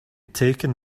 taken